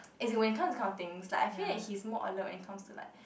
as in when it comes to counting is like I feel he is more alert when it comes to like